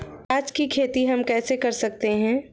प्याज की खेती हम कैसे कर सकते हैं?